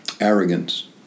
arrogance